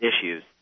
issues